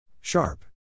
Sharp